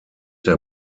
der